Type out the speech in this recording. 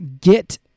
get